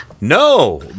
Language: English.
No